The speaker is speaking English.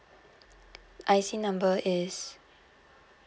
I_C number is